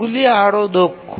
এগুলি আরও দক্ষ